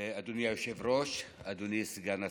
אדוני היושב-ראש, אדוני סגן השר,